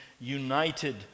united